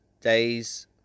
days